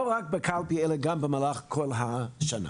לא רק ב- -- אלא גם במהלך כל השנה.